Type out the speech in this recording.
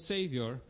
Savior